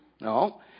No